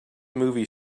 movie